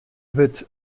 wurdt